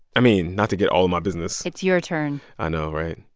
i mean, not to get all in my business it's your turn i know, right?